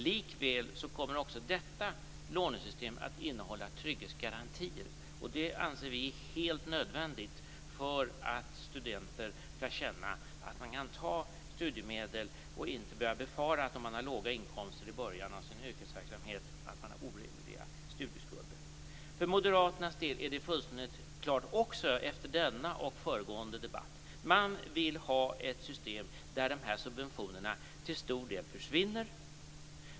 Likväl kommer också detta lånesystem att innehålla trygghetsgarantier, vilket vi anser helt nödvändigt för att studenter skall känna att de kan ta emot studiemedel utan att behöva befara orimliga studieskulder i ett läge där man i början av sin yrkesverksamhet har låga inkomster. Också vad moderaterna vill är fullständigt klart efter denna och föregående debatt. Man vill ha ett system där subventionerna till stor del försvinner.